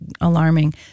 alarming